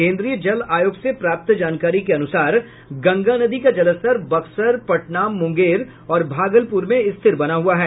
केन्द्रीय जल आयोग से प्राप्त जानकारी के अनुसार गंगा नदी का जलस्तर बक्सर पटना मुंगेर और भागलपुर में स्थिर बना हुआ है